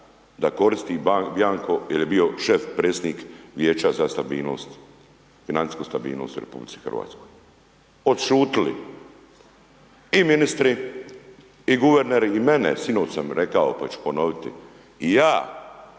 da koristi bianco jer je bio šef predsjednik vijeća za stabilnost, financijsku stabilnost u RH. Odšutili i ministri i guverner. I mene, sinoć sam rekao pa ću ponoviti. I ja